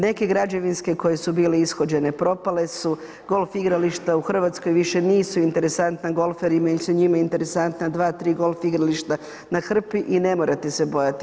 Neke građevinske koje su bile ishođene propale su, golf igrališta u Hrvatskoj više nisu interesantna golferima, već su njima interesantna 2, 3 golf igrališta na hrpi i ne morate se bojati.